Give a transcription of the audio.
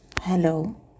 hello